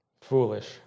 foolish